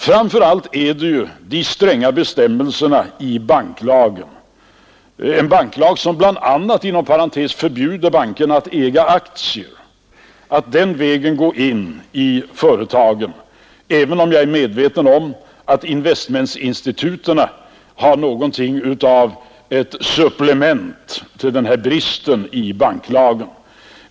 Framför allt har vi de stränga bestämmelserna i banklagen — en banklag som bl.a. förbjuder bankerna att äga aktier och att den vägen gå in i företagen, även om jag är medveten om att investmentinstituten utgör någonting av ett supplement till detta förbud i banklagen.